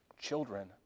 Children